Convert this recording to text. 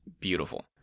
beautiful